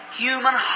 human